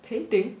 painting